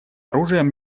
оружием